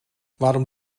waarom